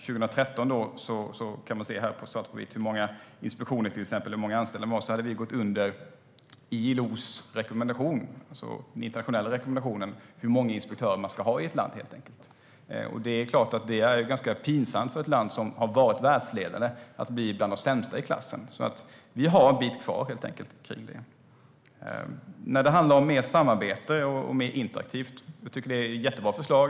År 2013 - det kan man se svart på vitt på hur många inspektioner och anställda det var - hade vi gått under ILO:s rekommendation, alltså den internationella rekommendationen, för hur många inspektörer man ska ha i ett land. Det är klart att det är ganska pinsamt för ett land som har varit världsledande att hamna bland de sämsta i klassen. Vi har alltså en bit kvar i fråga om det. När det handlar om mer samarbete och mer interaktivt arbete tycker vi att det är jättebra förslag.